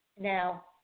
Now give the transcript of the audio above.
Now